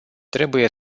trebuie